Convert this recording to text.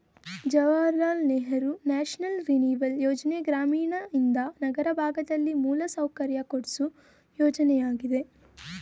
Jawahar Lal Nehru national renewal ಯೋಜನೆ ಗ್ರಾಮೀಣಯಿಂದ ನಗರ ಭಾಗದಲ್ಲಿ ಮೂಲಸೌಕರ್ಯ ಕೊಡ್ಸು ಯೋಜನೆಯಾಗಿದೆ